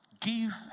Give